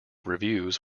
reviews